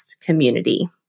community